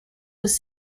was